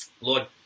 Lord